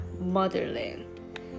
motherland